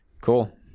cool